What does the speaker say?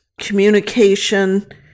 communication